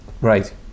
Right